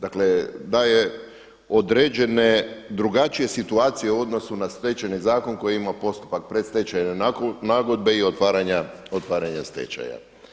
Dakle, daje određene drugačije situacije u odnosu na Stečajni zakon koji ima postupak predstečajne nagodbe i otvaranja stečaja.